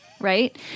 Right